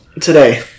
today